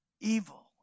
evil